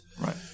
right